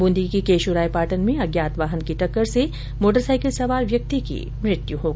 ब्रंदी के केशोरायपाटन में अज्ञात वाहन की टक्कर से मोटरसाईकिल सवार व्यक्ति की मृत्यु हो गई